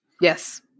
yes